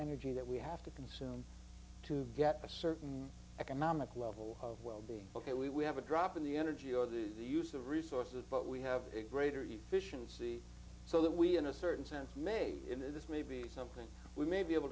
energy that we have to consume to get a certain economic level of will be ok we have a drop in the energy or the the use of resources but we have a greater use fission c so that we in a certain sense may in this may be something we may be able